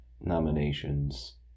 Nominations